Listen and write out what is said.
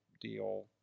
deal